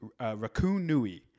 Raccoonui